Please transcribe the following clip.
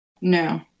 no